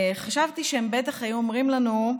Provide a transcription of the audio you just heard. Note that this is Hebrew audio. חשבתי שהם בטח היו אומרים לנו: